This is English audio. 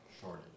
shortage